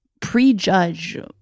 prejudge